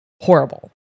horrible